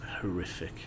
horrific